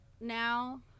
now